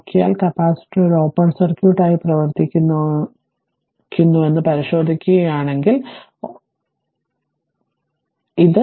അതിനാൽ നോക്കിയാൽ കപ്പാസിറ്റർ ഒരു ഓപ്പൺ സർക്യൂട്ട് പ്രവർത്തിക്കുന്നുവെന്ന് പരിശോധിക്കുകയാണെങ്കിൽ ഒരു ഓപ്പൺ സർക്യൂട്ടായി പ്രവർത്തിക്കുന്നു